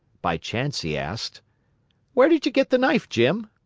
by chance he asked where did you get the knife, jim?